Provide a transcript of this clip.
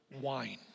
wine